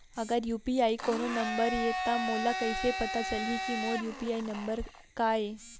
अगर यू.पी.आई कोनो नंबर ये त मोला कइसे पता चलही कि मोर यू.पी.आई नंबर का ये?